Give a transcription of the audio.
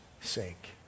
sake